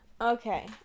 Okay